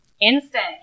Instant